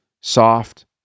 soft